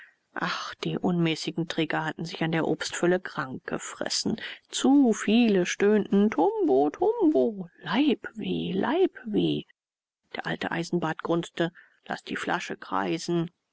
ach die unmäßigen träger hatten sich an der obstfülle krank gefressen zu viele stöhnten tumbo tumbo leibweh leibweh der alte eisenbart grunzte laß die flasche kreisen